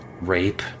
rape